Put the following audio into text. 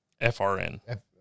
FRN